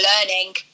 learning